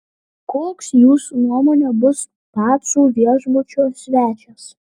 koks jūsų nuomone bus pacų viešbučio svečias